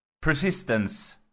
Persistence